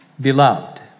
Beloved